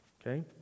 Okay